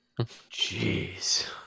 jeez